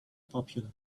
popular